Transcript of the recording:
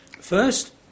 First